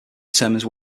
determines